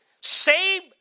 save